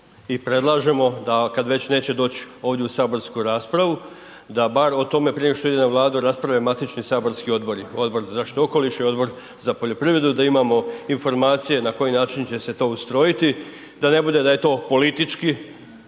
i predlažemo da, kad već neće doći ovdje u saborsku raspravu, da bar o tome prije nego što ide na Vladu rasprave matični saborski odbor, Odbor za zaštitu okoliša i Odbor za poljoprivredu, da imamo informacije na koji način će se to ustrojiti, da ne bude da je to politički